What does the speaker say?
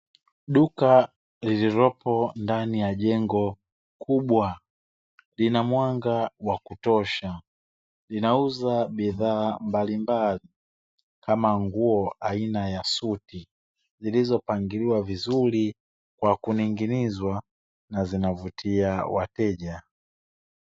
Duka lililopo ndani ya jengo kubwa, lina mwanga wa kutosha, linauza bidhaa mbalimbali, kama nguo aina ya suti, zilizopangiliwa vizuri, kwa kuning'inizwa, na zinavutia wateja.